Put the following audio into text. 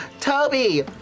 Toby